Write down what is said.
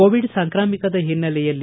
Covid ಸಾಂಕ್ರಾಮಿಕದ ಹಿನ್ನೆಲೆಯಲ್ಲಿ